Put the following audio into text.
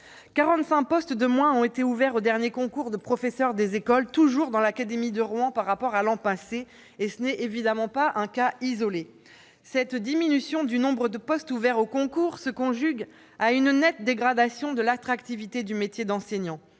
le nombre de postes ouverts au dernier concours de professeurs des écoles a diminué de 45 unités par rapport à l'an passé. Ce n'est évidemment pas un cas isolé ! Cette réduction du nombre de postes ouverts au concours se conjugue à une nette dégradation de l'attractivité du métier d'enseignant.